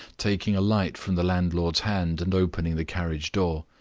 taking a light from the landlord's hand and opening the carriage door.